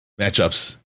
matchups